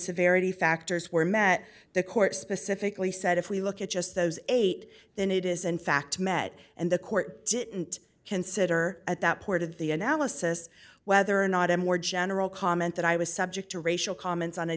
severity factors were met the court specifically said if we look at just those eight then it is in fact met and the court didn't consider at that point did the analysis whether or not a more general comment that i was subject to racial comments on a